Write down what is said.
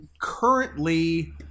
currently